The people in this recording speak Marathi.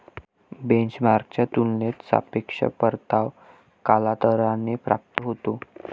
बेंचमार्कच्या तुलनेत सापेक्ष परतावा कालांतराने प्राप्त होतो